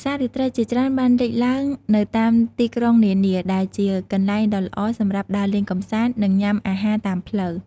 ផ្សាររាត្រីជាច្រើនបានលេចឡើងនៅតាមទីក្រុងនានា ដែលជាកន្លែងដ៏ល្អសម្រាប់ដើរលេងកម្សាន្ត និងញ៉ាំអាហារតាមផ្លូវ។